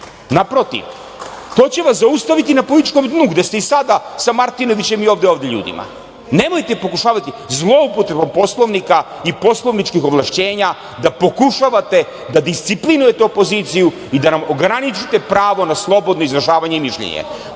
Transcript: naprotiv to će vas zaustaviti na političkom dnu gde ste i sada sa Martinovićem i ovde ovim ljudima. Nemojte pokušavati zloupotrebom Poslovnika i poslovničkih ovlašćenja da pokušavate da disciplinujete opoziciju i da nam ograničite pravo na slobodno izražavanje i mišljenje.